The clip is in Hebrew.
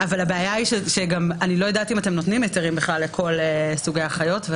אני לא יודעת אם אתם בכלל נותנים היתרים לכל סוגי החיות.